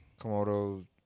Komodo